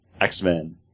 X-Men